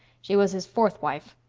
she was his fourth wife.